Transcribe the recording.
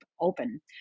Open